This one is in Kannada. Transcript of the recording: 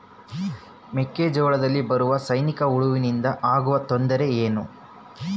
ಮೆಕ್ಕೆಜೋಳದಲ್ಲಿ ಬರುವ ಸೈನಿಕಹುಳುವಿನಿಂದ ಆಗುವ ತೊಂದರೆ ಏನು?